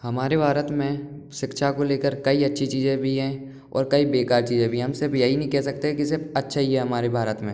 हमारे भारत में शिक्षा को लेकर कई अच्छी चीज़ें भी हैं और कई बेकार चीज़ें भी हम सिर्फ यही नहीं कह सकते कि सिर्फ अच्छा ही है हमारे भारत में